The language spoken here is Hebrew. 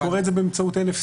הוא קורא את זה באמצעות NFC,